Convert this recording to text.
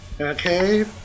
Okay